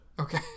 Okay